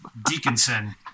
Deaconson